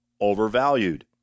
overvalued